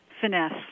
finesse